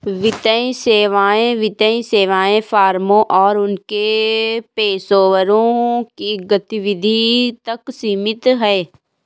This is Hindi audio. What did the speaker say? वित्तीय सेवाएं वित्तीय सेवा फर्मों और उनके पेशेवरों की गतिविधि तक सीमित हैं